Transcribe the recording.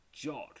Jod